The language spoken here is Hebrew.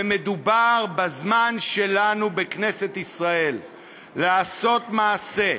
ומדובר בזמן שלנו בכנסת ישראל לעשות מעשה,